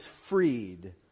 freed